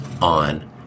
on